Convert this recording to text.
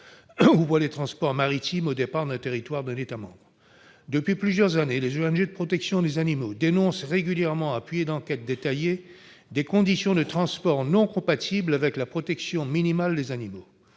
ou pour les transports maritimes au départ du territoire d'un État membre ». Depuis plusieurs années, les ONG de protection des animaux dénoncent régulièrement, en s'appuyant sur des enquêtes détaillées, des conditions de transport non compatibles avec la protection minimale des animaux.